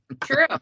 True